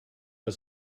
but